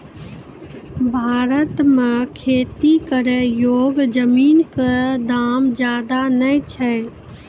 भारत मॅ खेती करै योग्य जमीन कॅ दाम ज्यादा नय छै